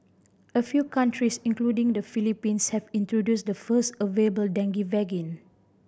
a few countries including the Philippines have introduced the first available dengue